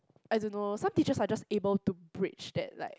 I don't know some teachers are just able to bridge that like